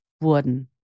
wurden